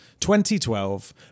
2012